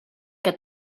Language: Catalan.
què